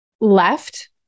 left